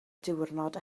diwrnod